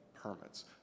permits